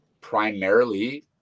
primarily